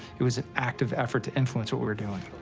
it was an active effort to influence what we were doing.